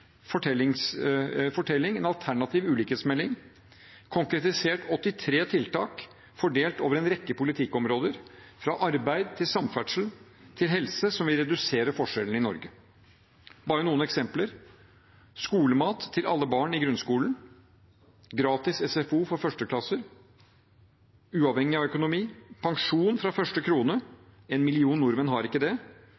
fortelling, en alternativ ulikhetsmelding, konkretisert ved 83 tiltak fordelt over en rekke politikkområder – fra arbeid til samferdsel til helse, som vil redusere forskjellene i Norge. Bare noen eksempler: skolemat til alle barn i grunnskolen, gratis SFO for førsteklassinger – uavhengig av økonomi, pensjon fra første krone